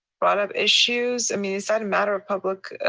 brought up issues? i mean, is that a matter of public